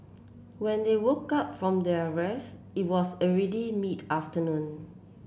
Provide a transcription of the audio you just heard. when they woke up from their rest it was already mid afternoon